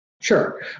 Sure